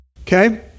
Okay